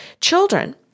children